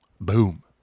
boom